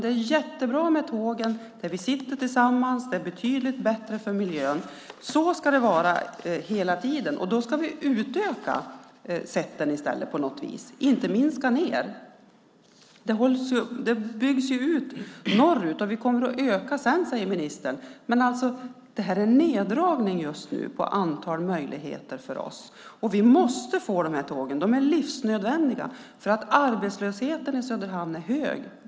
Det är jättebra med tågen där vi sitter tillsammans. Det är betydligt bättre för miljön. Så ska det vara hela tiden. Då ska vi utöka tågsätten på något vis, inte minska dem. Det byggs ut norröver, och vi kommer att öka sedan, säger ministern. Men det sker just nu en neddragning av antalet möjligheter för oss. Vi måste få tåg. De är livsnödvändiga. Arbetslösheten i Söderhamn är hög.